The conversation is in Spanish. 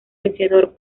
vencedor